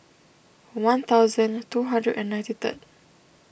one thousand two hundred and ninety third